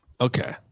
Okay